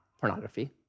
pornography